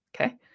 okay